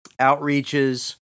outreaches